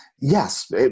Yes